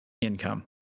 income